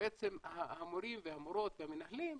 שבעצם המורים והמורות והמנהלים,